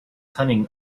cunning